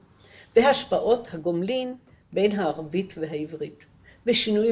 והשפעות הגומלין בין הערבית והעברית ושינויים